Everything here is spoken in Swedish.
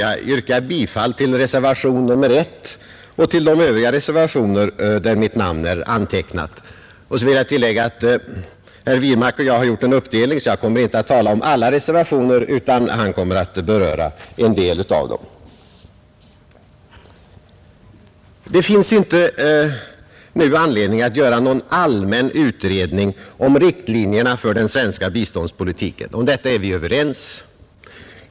Jag yrkar bifall till reservationen 1 och till de övriga reservationer där mitt namn är antecknat. Jag vill tillägga att herr Wirmark och jag gjort en uppdelning, varför jag inte kommer att tala om alla reservationerna. Han kommer att beröra en del av dem. Det finns nu inte någon anledning att göra en allmän utredning om riktlinjerna för den svenska biståndspolitiken. Om detta är vi överens.